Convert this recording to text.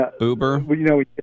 Uber